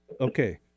Okay